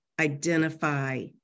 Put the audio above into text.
identify